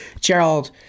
Gerald